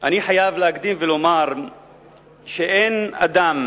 אני חייב להקדים ולומר שאין אדם